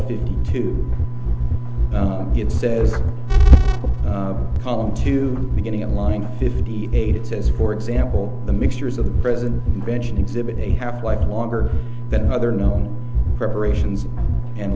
fifty two it says column two beginning in line fifty eight says for example the mixtures of the president mentioned exhibit a half life longer than another no preparations and